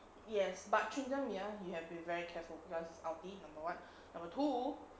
yes but tryndam ya you have been very careful because ulti number one number two